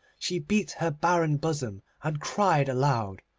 she beat her barren bosom, and cried aloud.